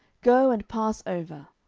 go and pass over.